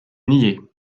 nier